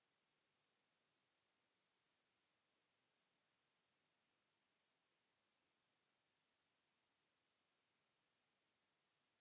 Kiitos.